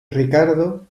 ricardo